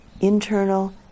internal